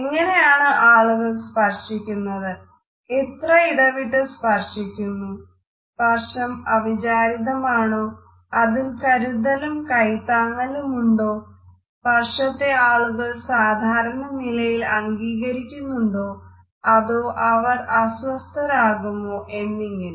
എങ്ങനെയാണ് ആളുകൾ സ്പർശിക്കുന്നത് എത്ര ഇടവിട്ട് സ്പർശിക്കുന്നു സ്പർശം അവിചാരിതമാണോ അതിൽ കരുതലും കൈത്താങ്ങാകലുമുണ്ടോ സ്പർശത്തെ ആളുകൾ സാധാരണ നിലയിൽ അംഗീകരിക്കുന്നുണ്ടോ അതോ അവർ അസ്വസ്ഥരാകുമോ എന്നിങ്ങനെ